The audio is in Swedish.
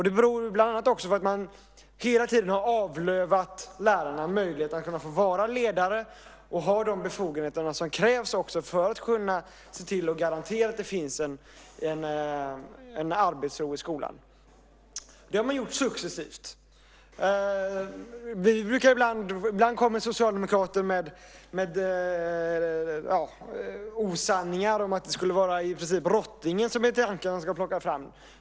Det beror bland annat på att man hela tiden har avlövat lärarna möjligheten att få vara ledare och ha de befogenheter som krävs för att de ska kunna se till att garantera att det finns arbetsro i skolan. Det har man gjort successivt. Ibland kommer socialdemokrater med osanningar om att det i princip skulle vara rottingen som plockas fram.